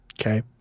Okay